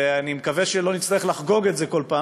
אני מקווה שלא נצטרך לחגוג את זה כל פעם,